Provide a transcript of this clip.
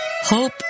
hope